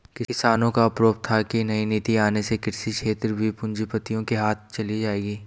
किसानो का आरोप था की नई नीति आने से कृषि क्षेत्र भी पूँजीपतियो के हाथ चली जाएगी